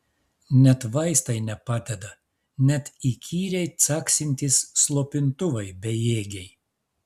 net vaistai nepadeda net įkyriai caksintys slopintuvai bejėgiai